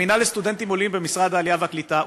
המינהל לסטודנטים עולים במשרד העלייה והקליטה,